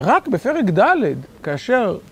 רק בפרק ד' כאשר...